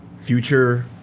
future